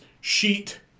sheet